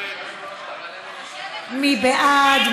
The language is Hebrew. מי בעד?